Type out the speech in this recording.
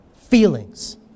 feelings